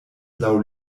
laŭ